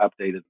updated